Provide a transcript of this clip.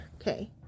okay